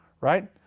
right